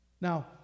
Now